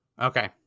Okay